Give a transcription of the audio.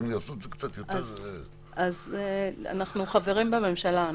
אנחנו חברים בממשלה.